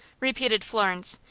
repeated florence,